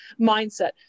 mindset